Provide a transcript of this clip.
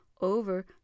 over